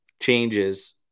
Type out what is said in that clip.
changes